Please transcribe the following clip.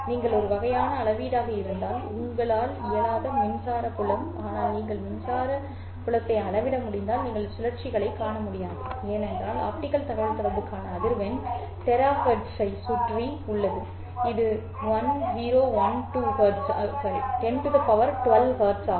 நீங்கள் ஒரு வகையான அளவீடாக இருந்தால் உங்களால் இயலாத மின்சார புலம் ஆனால் நீங்கள் மின்சார புலத்தை அளவிட முடிந்தால் நீங்கள் சுழற்சிகளைக் காண முடியாது ஏனென்றால் ஆப்டிகல் தகவல்தொடர்புக்கான அதிர்வெண் THz ஐச் சுற்றி உள்ளது இது 1012 Hz ஆகும்